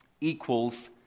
equals